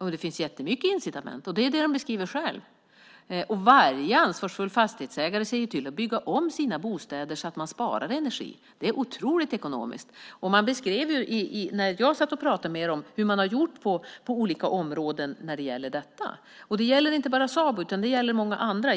Jo, det finns jättemycket incitament, vilket de själva säger. Varje ansvarsfull fastighetsägare ser till att bygga om sin bostad för att spara energi. Det är oerhört ekonomiskt. Jag har talat med dem om hur de gjort på olika områden, och det gäller inte bara Sabo utan även många andra.